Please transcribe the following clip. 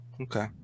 Okay